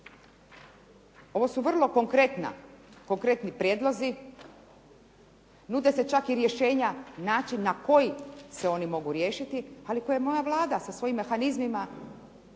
Ovo su vrlo konkretni prijedlozi. Nude se čak i rješenja način na koji se oni mogu riješiti, ali koji ova Vlada sa svojim mehanizmima